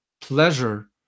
pleasure